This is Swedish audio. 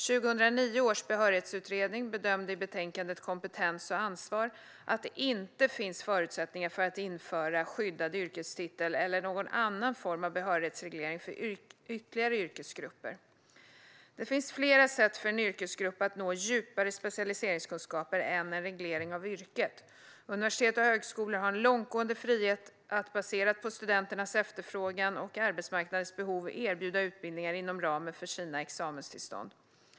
2009 års behörighetsutredning bedömde i betänkandet Kompetens och ansvar att det inte finns förutsättningar för att införa skyddad yrkestitel eller någon annan form av behörighetsreglering för ytterligare yrkesgrupper. Det finns fler sätt för en yrkesgrupp att nå djupare specialiseringskunskaper än bara genom en reglering av yrket. Universitet och högskolor har en långtgående frihet att baserat på studenternas efterfrågan och arbetsmarknadens behov erbjuda utbildningar inom ramen för sina examenstillstånd.